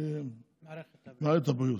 מערכת הבריאות.